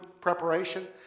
preparation